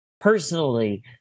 personally